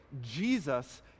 Jesus